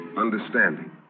Understanding